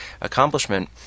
accomplishment